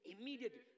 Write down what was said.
immediately